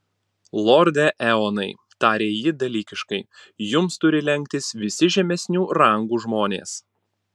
lorde eonai tarė ji dalykiškai jums turi lenktis visi žemesnių rangų žmonės